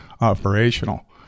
operational